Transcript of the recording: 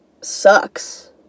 sucks